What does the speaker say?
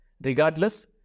Regardless